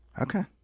Okay